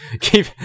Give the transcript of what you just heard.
keep